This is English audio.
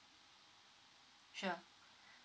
sure